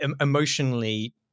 emotionally